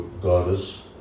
goddess